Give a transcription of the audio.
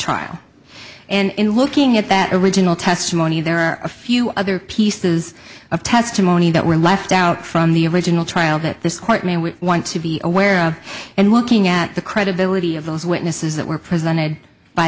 trial and in looking at that original testimony there are a few other pieces of testimony that were left out from the original trial that this quiet man we want to be aware of and looking at the credibility of those witnesses that were presented by